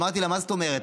אמרתי לה: מה זאת אומרת?